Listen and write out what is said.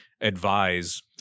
advise